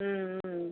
ம் ம்